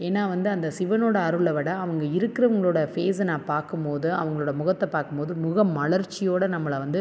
ஏன்னால் வந்து அந்த சிவனோட அருளை விட அவங்க இருக்கிறவங்களோட ஃபேஸை வந்து நான் பார்க்கும் போது அவர்களோட முகத்தை பார்க்கும் போது முகம் மலர்ச்சியோடு நம்மளை வந்து